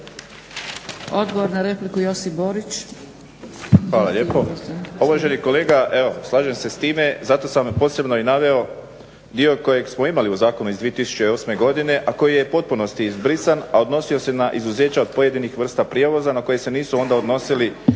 Borić. **Borić, Josip (HDZ)** Hvala lijepo. Pa uvaženi kolega, evo slažem se sa time, zato sam posebno i naveo dio kojeg smo imali u Zakonu iz 2008. godine a koji je u potpunosti izbrisan a odnosio se na izuzeća od pojedinih vrsta prijevoza na koja se nisu onda odnosili